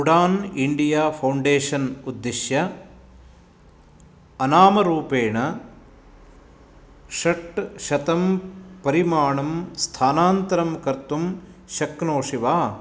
Udaan India foundation उद्दिश्य अनामरूपेण षट् शतम् परिमाणं स्थानान्तरं कर्तुं शक्नोषि वा